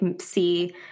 see